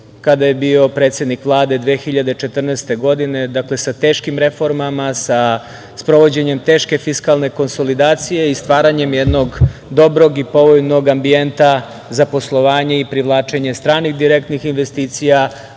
kada je bio predsednik vlade 2014. godine. Dakle, sa teškim reformama, sa sprovođenjem teške fiskalne konsolidacije i stvaranjem jednog dobrog i povoljnog ambijenta za poslovanje i privlačenje stranih direktnih investicija,